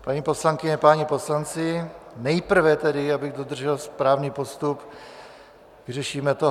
Paní poslankyně, páni poslanci, nejprve tedy, abych dodržel správný postup, vyřešíme tohle.